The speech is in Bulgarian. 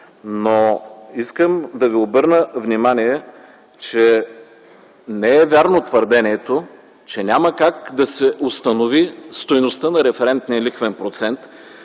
Но искам да Ви обърна внимание, че не е вярно твърдението, че няма как да се установи стойността на референтния лихвен процент,